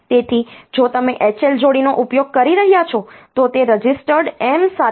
તેથી જો તમે HL જોડીનો ઉપયોગ કરી રહ્યાં છો તો તે રજિસ્ટર્ડ M સાથે છે